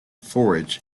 forage